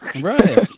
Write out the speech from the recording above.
Right